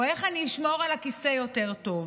או איך אני אשמור על הכיסא יותר טוב.